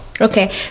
okay